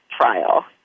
trial